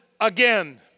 again